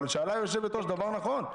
אבל שאלה היושבת-ראש דבר נכון.